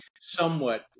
somewhat